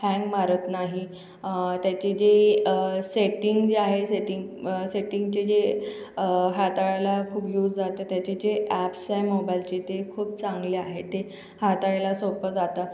hang मारत नाही त्याचे जे सेटिंग जे आहे सेटिंग सेटिंगचे जे हाताळायला खूप यूज जातं त्याचे जे अॅप्स आहे मोबाईलचे ते खूप चांगले आहे ते हाताळायला सोपं जातं